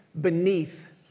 beneath